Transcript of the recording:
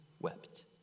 wept